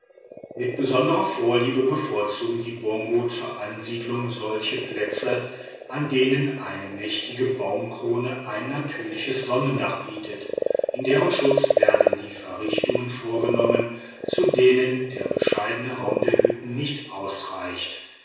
mit besonderer vorliebe bevorzugen die bongo zur ansiedlung solche plätze an denen eine mächtige baumkrone ein natürliches sonnendach bietet in deren schutz werden die verrichtungen vorgenommen zu denen der bescheidene raum der hütten nicht ausreicht